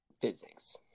physics